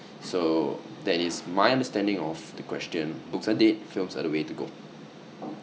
so that is my understanding of the question books are dead films are the way to go